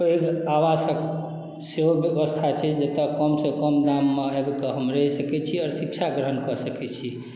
पैघ आवासक सेहो व्यवस्था छै जतय कमसँ कम दाममे आबि कऽ हम रहि सकैत छी आओर शिक्षा ग्रहण कऽ सकैत छी